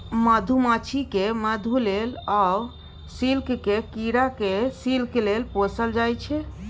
मधुमाछी केँ मधु लेल आ सिल्कक कीरा केँ सिल्क लेल पोसल जाइ छै